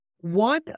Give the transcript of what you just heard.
one